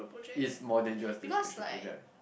is more dangerous this special project